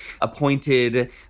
appointed